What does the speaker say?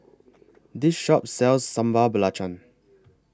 This Shop sells Sambal Belacan